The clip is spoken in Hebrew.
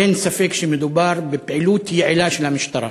אין ספק שמדובר בפעילות יעילה של המשטרה.